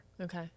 Okay